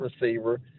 receiver